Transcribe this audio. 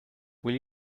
will